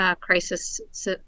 crisis